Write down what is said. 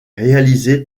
réalisée